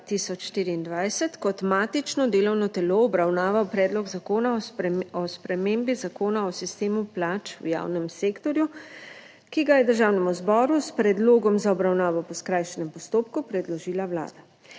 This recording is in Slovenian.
kot matično delovno telo obravnaval Predlog zakona o spremembi Zakona o sistemu plač v javnem sektorju, ki ga je Državnemu zboru s predlogom za obravnavo po skrajšanem postopku predložila Vlada.